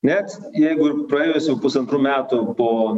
net jeigu ir praėjo pusantrų metų po